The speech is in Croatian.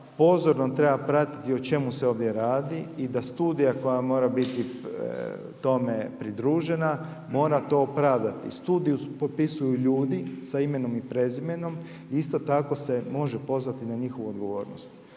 pozorno treba pratiti o čemu se ovdje radi i da studija koja mora biti tome pridružena mora to opravdati. Studiju potpisuju ljudi sa imenom i prezimenom i isto tako se može pozvati na njihovu odgovornost.